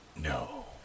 No